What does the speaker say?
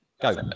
Go